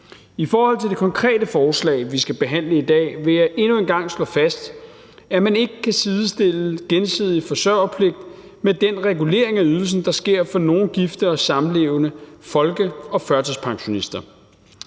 I forhold til det konkrete forslag, vi skal behandle i dag, vil jeg endnu en gang slå fast, at man ikke kan sidestille gensidig forsørgerpligt med den regulering af ydelsen, der sker for nogle gifte og samlevende, folkepensionister